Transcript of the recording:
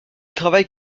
travaille